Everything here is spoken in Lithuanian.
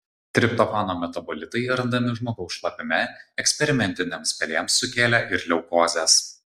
triptofano metabolitai randami žmogaus šlapime eksperimentinėms pelėms sukėlė ir leukozes